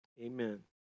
Amen